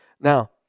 Now